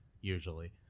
usually